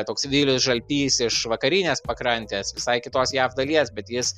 toks vilius žaltys iš vakarinės pakrantės visai kitos jav dalies bet jis